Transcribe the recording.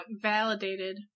validated